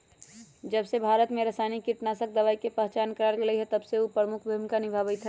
जबसे भारत में रसायनिक कीटनाशक दवाई के पहचान करावल गएल है तबसे उ प्रमुख भूमिका निभाई थई